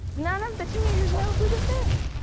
none of the teenagers know who this is.